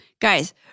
Guys